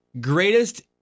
greatest